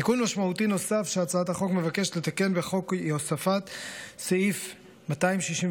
תיקון משמעותי נוסף שהצעת החוק מבקשת לתקן בחוק הוא הוספת סעיף 266ו,